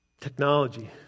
Technology